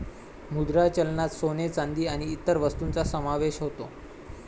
मुद्रा चलनात सोने, चांदी आणि इतर वस्तूंचा समावेश होतो